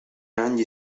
عندي